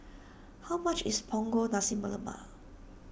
how much is Punggol Nasi Lemak